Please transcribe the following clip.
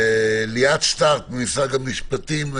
ליאת שטרק ממשרד המשפטים,